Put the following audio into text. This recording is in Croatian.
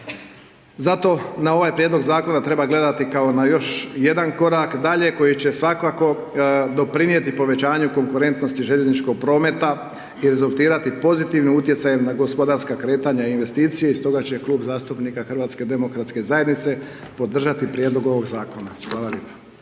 Zato na ovaj prijedlog Zakona treba gledati kao na još jedan korak dalje koji će svakako doprinijeti povećanju konkurentnosti željezničkog prometa i rezultirati pozitivnim utjecajem na gospodarska kretanja i investicije i stoga će klub zastupnika HDZ-a podržati prijedlog ovog Zakona. Hvala lijepa.